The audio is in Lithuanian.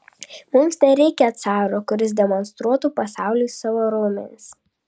mums nereikia caro kuris demonstruotų pasauliui savo raumenis